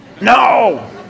no